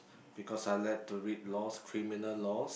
because I like to read laws criminal laws